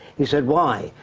he said why?